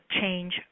change